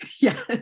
Yes